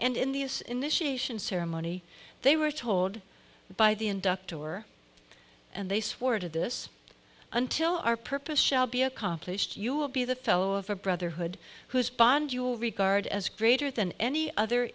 and in these initiation ceremony they were told by the inductor or and they swore to this until our purpose shall be accomplished you will be the fellow of a brotherhood whose bond you will regard as greater than any other